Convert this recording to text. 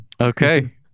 Okay